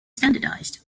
standardized